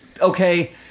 Okay